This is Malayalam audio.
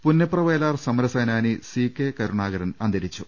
പുന്നപ്ര വയലാർ സമരസേനാനി സി കെ കരുണാകരൻ അന്ത രിച്ചു